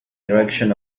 direction